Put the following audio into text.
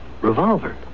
Revolver